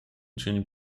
dzień